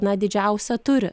na didžiausią turi